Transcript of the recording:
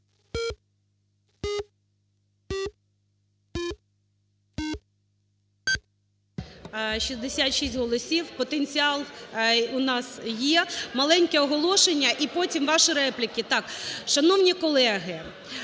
Маленьке оголошення, і потім ваші репліки.